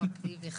אחמד טיבי,